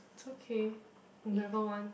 it's okay remember one